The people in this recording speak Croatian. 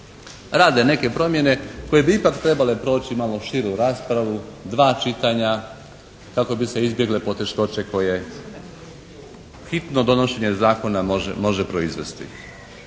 rade neke promjene koje bi ipak trebale proći malo širu raspravu, dva čitanja, kako bi se izbjegle poteškoće koje hitno donošenje zakona može proizvesti.